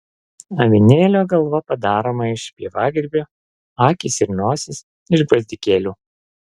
avinėlio galva padaroma iš pievagrybio akys ir nosis iš gvazdikėlių